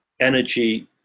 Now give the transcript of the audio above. energy